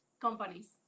companies